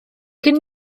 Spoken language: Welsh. cyn